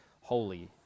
holy